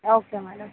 okay madam